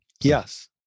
Yes